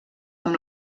amb